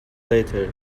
latter